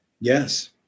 Yes